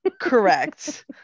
Correct